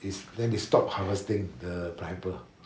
is then they stop harvesting the pineapple